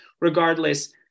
regardless